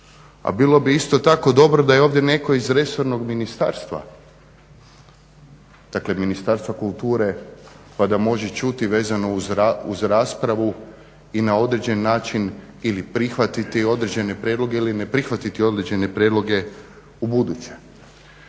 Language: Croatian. a bilo bi isto tako dobro da je ovdje neko iz resornog ministarstva, dakle Ministarstva kulture pa da može čuti uz raspravu i na određen način ili prihvatiti određene prijedloge ili ne prihvatiti određene prijedloge ubuduće.